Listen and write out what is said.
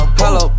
hello